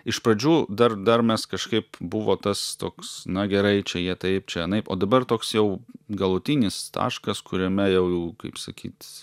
iš pradžių dar dar mes kažkaip buvo tas toks na gerai čia jie taip čia anaip o dabar toks jau galutinis taškas kuriame jau kaip sakyt